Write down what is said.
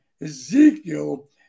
Ezekiel